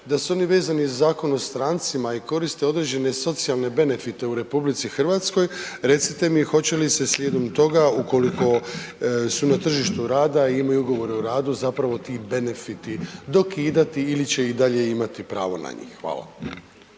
da su oni vezani Zakonom o strancima i koriste određene socijalne benefite u RH, recite mi hoće li se slijedom toga ukoliko su na tržištu rada i imaju ugovor o radu, zapravo ti benefiti dokidati ili će i dalje imati pravo na njih? Hvala.